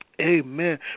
Amen